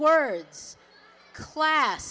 words class